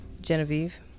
Genevieve